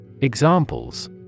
Examples